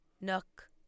Nook